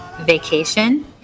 vacation